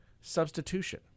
Substitution